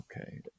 Okay